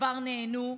שכבר נענו,